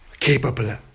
capable